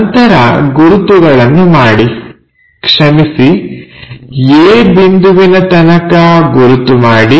ನಂತರ ಗುರುತುಗಳನ್ನು ಮಾಡಿ ಕ್ಷಮಿಸಿ a ಬಿಂದುವಿನ ತನಕ ಗುರುತು ಮಾಡಿ